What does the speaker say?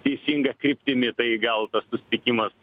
teisinga kryptimi tai gal tas susitikimas